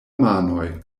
manoj